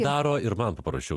daro ir man paprasčiau